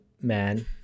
man